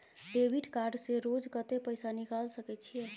Debit card से रोज कत्ते पैसा निकाल सके छिये?